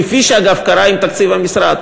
כפי שאגב קרה עם תקציב המשרד.